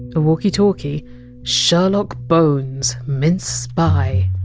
a walkie talkie sherlock bones mince spy!